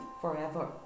forever